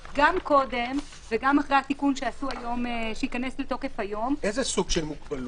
קודם וגם אחרי התיקון שייכנס לתוקף היום- -- איזה סוג של מוגבלות?